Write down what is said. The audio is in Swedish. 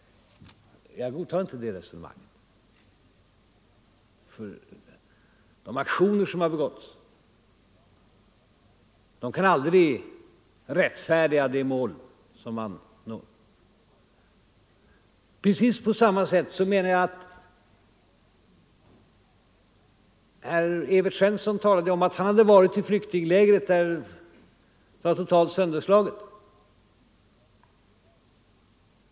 Jag godtar inte det resonemanget, för de aktioner som genomförts kan aldrig. rättfärdiga det mål som man når. Herr Evert Svensson talade om att han varit i ett flyktingläger som var totalt sönderslaget.